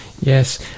Yes